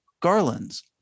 Garland's